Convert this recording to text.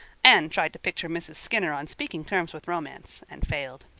anne tried to picture mrs. skinner on speaking terms with romance and failed.